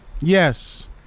Yes